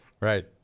right